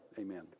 Amen